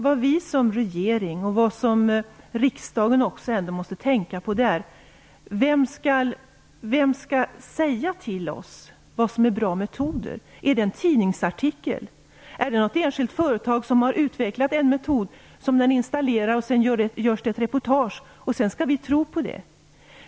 Det vi som regering och som även riksdagen måste tänka på är vem som skall säga till oss vad som är bra metoder. Är det en tidningsartikel? Är det ett enskilt företag som har utvecklat en metod som man installerar och som det görs ett reportage om? Skall vi tro på det?